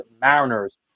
Mariners